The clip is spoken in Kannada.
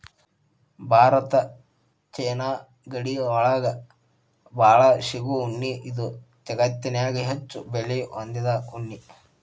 ಭಾರತ ಚೇನಾ ಗಡಿ ಒಳಗ ಬಾಳ ಸಿಗು ಉಣ್ಣಿ ಇದು ಜಗತ್ತನ್ಯಾಗ ಹೆಚ್ಚು ಬೆಲೆ ಹೊಂದಿದ ಉಣ್ಣಿ